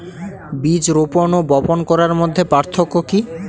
বীজ রোপন ও বপন করার মধ্যে পার্থক্য কি?